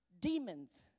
demons